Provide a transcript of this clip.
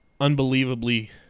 unbelievably